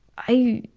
i